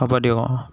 হ'ব দিয়ক অঁ